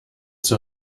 zur